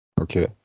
Okay